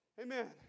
Amen